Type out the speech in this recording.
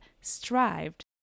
strived